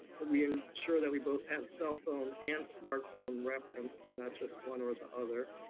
that we ensure that we both have cell phone and smartphone referenced, and not just one or the other.